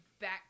back